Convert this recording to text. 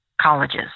colleges